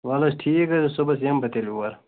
وَلہٕ حظ ٹھیٖک حظ صُبحس یِمہٕ بہٕ تیٚلہِ اور